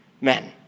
men